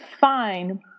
fine